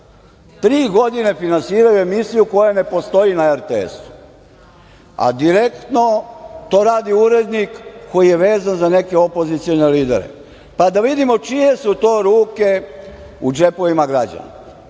Tri godine finansiraju emisiju koja ne postoji na RTS-u, a direktno to radi urednik koji je vezan za neke opozicione lidere, pa da vidimo čije su to ruke u džepovima građana. Znači,